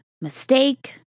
mistake